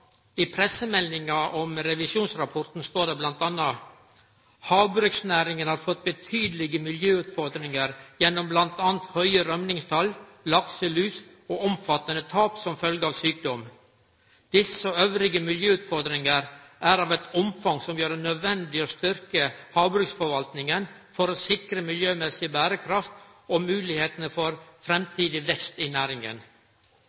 I pressemeldinga om revisjonsrapporten står det bl.a.: «Havbruksnæringen har fått betydelige miljøutfordringer gjennom bl.a. høye rømmingstall, lakselus og omfattende tap som følge av sykdom. – Disse og øvrige miljøutfordringer er av et omfang som gjør det nødvendig å styrke havbruksforvaltningen for å sikre miljømessig bærekraft og mulighetene for